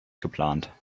geplant